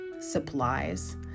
supplies